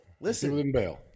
listen